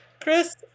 Chris